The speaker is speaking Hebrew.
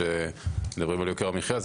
וכשמדברים על יוקר המחיה,